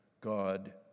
God